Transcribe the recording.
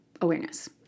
Awareness